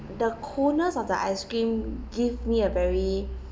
the coldness of the ice cream give me a very